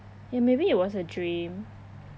ya maybe it was a dream